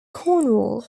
cornwall